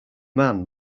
man